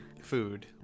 food